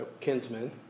kinsmen